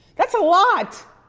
that's a lot.